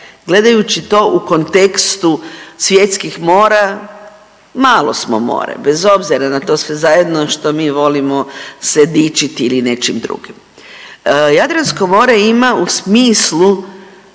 Gledajući to u kontekstu svjetskih mora malo smo more bez obzira na to sve zajedno što mi volimo se dičiti ili nečim drugim. Jadransko more ima u smislu